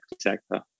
sector